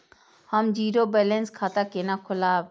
हम zero balance खाता केना खोलाब?